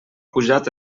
pujat